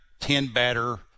ten-batter